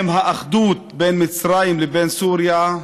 עם האחדות בין מצרים לבין סוריה,